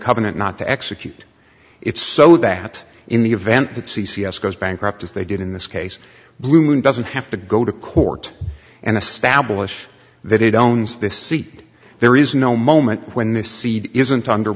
covenant not to execute it so that in the event that c c s goes bankrupt as they did in this case blue moon doesn't have to go to court and the stablish that it owns the seat there is no moment when this seed isn't under